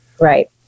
Right